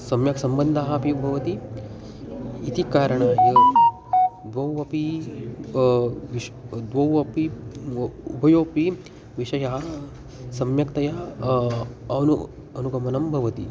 सम्यक् सम्बन्धः अपि भवति इति कारणात् द्वौ अपि विशिष्य द्वौ अपि वा उभयोः अपि विषयः सम्यक्तया अनु अनुगमनं भवति